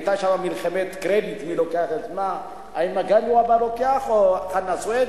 היתה שם מלחמת קרדיט מי לוקח את מה: האם מגלי והבה לוקח או חנא סוייד,